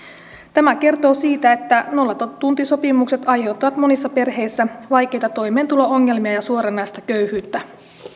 tämä kertoo siitä että nollatuntisopimukset aiheuttavat monissa perheissä vaikeita toimeentulo ongelmia ja suoranaista köyhyyttä